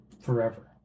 Forever